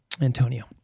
Antonio